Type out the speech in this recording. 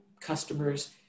customers